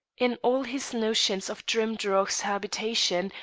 in all his notions of drimdarroch's habitation,